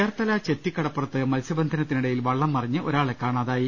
ചേർത്തല ചെത്തി കടപ്പുറത്ത് മത്സ്യ ബന്ധനത്തിനിടയിൽ വള്ളം മറിഞ്ഞ് ഒരാളെ കാണാതായി